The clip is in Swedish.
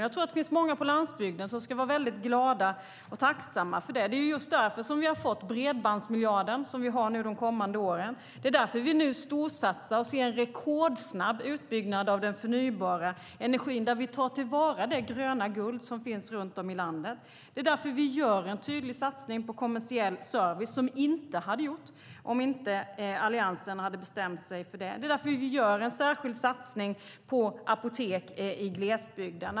Jag tror att det finns många på landsbygden som ska vara väldigt glada och tacksamma för det. Det är nämligen just därför vi har fått den bredbandsmiljard vi har de kommande åren. Det är därför vi nu storsatsar och ser en rekordsnabb utbyggnad av den förnybara energin, där vi tar till vara det gröna guld som finns runt om i landet. Det är därför vi gör en tydlig satsning på kommersiell service, vilket inte hade gjorts om inte Alliansen hade bestämt sig för det. Det är därför vi gör en särskild satsning på apotek i glesbygden.